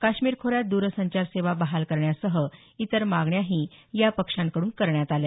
काश्मीर खोऱ्यात द्रसंचार सेवा बहाल करण्यासह इतर मागण्याही या पक्षांकड्रन करण्यात आल्या